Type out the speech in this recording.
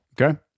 Okay